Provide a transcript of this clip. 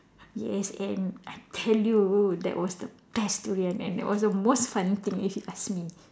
yes and I tell you that was the best durian and that was the most fun thing if you ask me